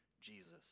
Jesus